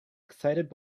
excited